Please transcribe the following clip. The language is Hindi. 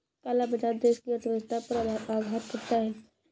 काला बाजार देश की अर्थव्यवस्था पर आघात करता है